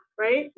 Right